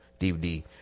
DVD